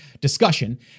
discussion